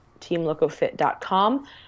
teamlocofit.com